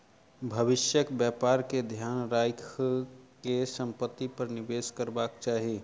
भविष्यक व्यापार के ध्यान राइख के संपत्ति पर निवेश करबाक चाही